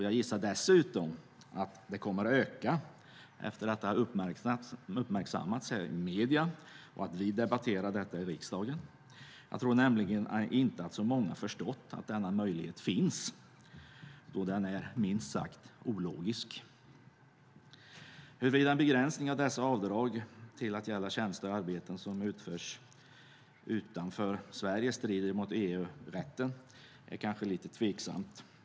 Jag gissar dessutom att detta kommer att öka efter att det har uppmärksammats i medierna och debatterats i riksdagen. Jag tror nämligen inte att så många förstått att denna möjlighet finns då den är minst sagt ologisk. Huruvida en begränsning av dessa avdrag till att inte gälla tjänster och arbeten som utförts utanför Sverige strider mot EU-rätten är kanske lite tveksamt.